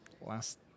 last